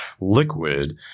liquid